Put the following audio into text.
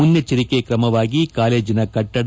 ಮುನ್ನೆಚ್ಚರಿಕೆ ಕ್ರಮವಾಗಿ ಕಾಲೇಜಿನ ಕಟ್ಟಡ